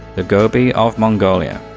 the gobi of mongolia,